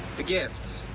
the gift.